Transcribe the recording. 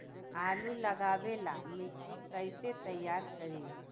आलु लगावे ला मिट्टी कैसे तैयार करी?